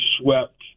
swept